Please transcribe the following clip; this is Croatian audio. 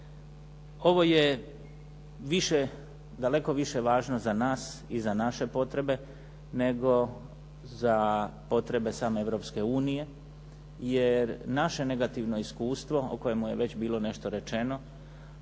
više, daleko više važno za nas i naše potrebe nego za potrebe same Europske unije. Jer naše negativno iskustvo o kojemu je već bilo nešto rečeno,